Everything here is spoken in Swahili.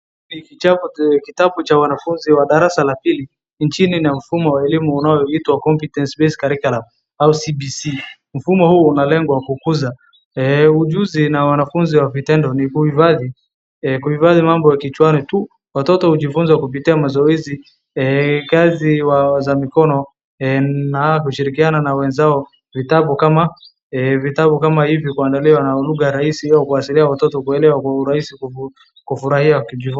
Hii ni kitabu cha wanafunzi wa darasa la pili inchini na mfumo wa elimu unayoitwa competence based curriculum au cbc .Mfumo huu unalengwa kukuza ujuzi na wanafunzi wa vitendo ni kuhifadhi mambo kichwani tu watoto ujifunza kupitia mazoezi ,kazi za mikono na kushirikiana na wenzao vitabu kama hivyo kuandaliwa na lugha rahisi sio kuashiria watoto kuelewa kwa urahisi kufurahia kujifunza.